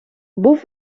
був